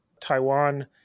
Taiwan